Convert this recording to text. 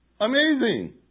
Amazing